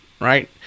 right